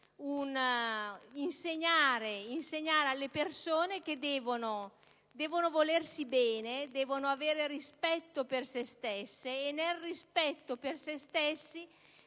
insegnare alle persone che devono volersi bene, devono avere rispetto per se stesse e dunque devono difendere